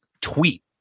tweet